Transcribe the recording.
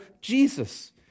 Jesus